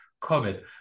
COVID